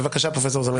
בבקשה.